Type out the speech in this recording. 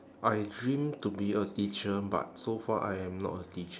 I dream to be a teacher but so far I am not a teacher